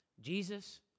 Jesus